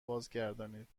بازگردانید